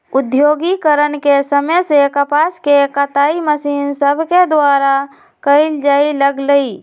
औद्योगिकरण के समय से कपास के कताई मशीन सभके द्वारा कयल जाय लगलई